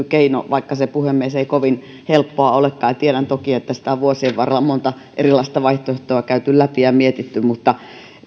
keino vaikka se puhemies ei kovin helppoa olekaan tiedän toki että on vuosien varrella monta erilasta vaihtoehtoa käyty läpi ja mietitty mutta